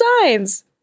signs